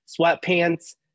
sweatpants